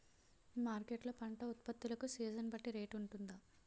Market లొ పంట ఉత్పత్తి లకు సీజన్ బట్టి రేట్ వుంటుందా?